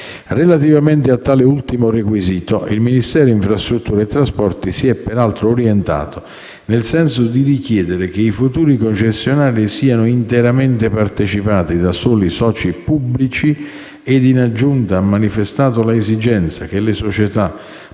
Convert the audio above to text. Relativamente a tale ultimo requisito, il MIT si è peraltro orientato nel senso di richiedere che i futuri concessionari siano interamente partecipati da soli soci pubblici e, in aggiunta, ha manifestato l'esigenza che le società,